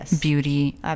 beauty